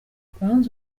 banze